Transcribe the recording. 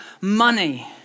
money